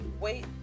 Wait